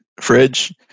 fridge